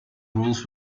rules